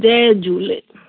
जय झूले